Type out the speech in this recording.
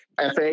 FA